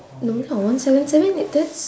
no lah one seven seven that's